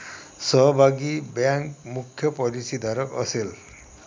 सहभागी बँक मुख्य पॉलिसीधारक असेल